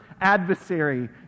adversary